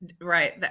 right